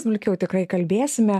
smulkiau tikrai kalbėsime